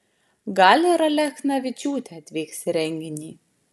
gal ir alechnavičiūtė atvyks į renginį